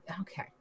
Okay